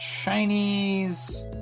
Chinese